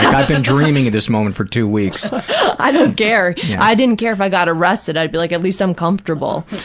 i've been dreaming of this moment for two weeks. i don't care i didn't care if i got arrested, i'd be like, at least i'm comfortable.